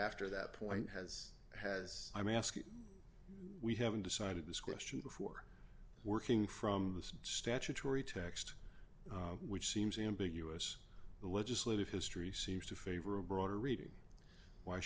after that point has has i'm asking we haven't decided this question before working from the statutory text which seems ambiguous the legislative history seems to favor a broader reading why